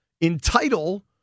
entitle